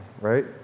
Right